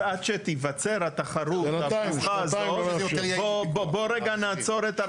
אז עד שתיווצר התחרות הפתוחה הזאת בוא רגע נעצור את הרכבת הזאת.